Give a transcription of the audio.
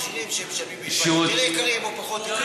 המחירים שמשלמים ל"ענבל" יותר יקרים או פחות יקרים.